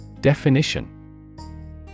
Definition